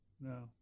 No